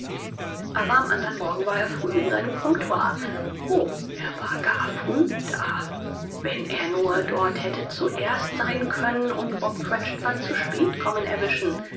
aber am andern morgen war er früh in seinem comptoir o er war gar früh da wenn er nur dort hätte zuerst sein können und bob cratchit beim zuspätkommen erwischen